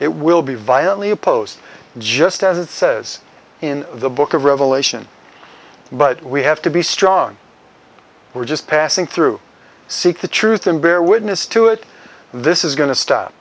it will be violently opposed just as it says in the book of revelation but we have to be strong we're just passing through seek the truth and bear witness to it this is going to